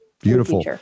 Beautiful